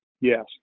Yes